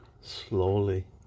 slowly